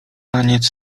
taniec